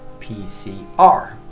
PCR